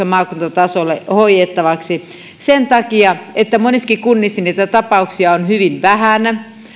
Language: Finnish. maakuntatasolle hoidettavaksi sen takia että monissakin kunnissa niitä tapauksia on hyvin vähän